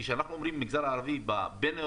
כשאנחנו אומרים מגזר ערבי בבין-עירוני,